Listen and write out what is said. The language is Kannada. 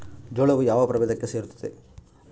ಜೋಳವು ಯಾವ ಪ್ರಭೇದಕ್ಕೆ ಸೇರುತ್ತದೆ?